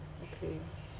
okay